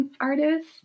artist